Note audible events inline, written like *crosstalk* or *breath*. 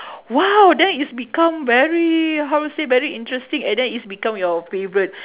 !wow! then it's becomes very how to say very interesting and then it's become your favourite *breath*